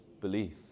Belief